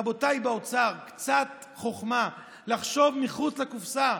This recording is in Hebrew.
רבותיי באוצר, קצת חוכמה, לחשוב מחוץ לקופסה.